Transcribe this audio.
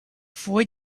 four